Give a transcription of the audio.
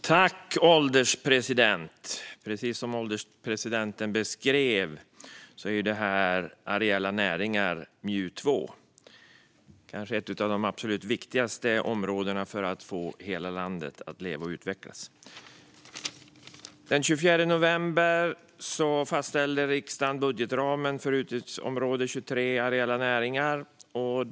Herr ålderspresident! Vi debatterar nu MJU2 om areella näringar, landsbygd och livsmedel - kanske ett av de absolut viktigaste områdena för att få hela landet att leva och utvecklas. Den 24 november fastställde riksdagen budgetramen för utgiftsområde 23 Areella näringar, landsbygd och livsmedel.